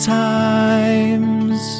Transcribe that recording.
times